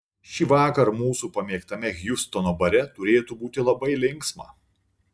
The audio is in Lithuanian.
šįvakar mūsų pamėgtame hjustono bare turėtų būti labai linksma